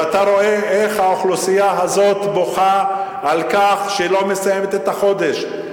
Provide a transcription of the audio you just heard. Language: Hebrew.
ואתה רואה איך האוכלוסייה הזאת בוכה על כך שהיא לא מסיימת את החודש.